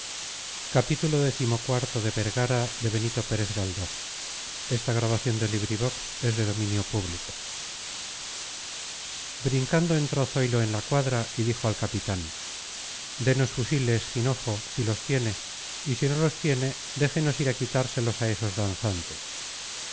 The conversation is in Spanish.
el mundo brincando entró zoilo en la cuadra y dijo al capitán denos fusiles jinojo si los tiene y si no los tiene déjenos ir a quitárselos a esos danzantes